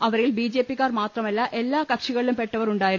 അവരിൽ B J P ക്കാർ മാത്രമല്ല എല്ലാ കക്ഷികളിലുംപെട്ടവർ ഉണ്ടായിരുന്നു